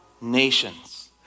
nations